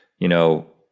you know,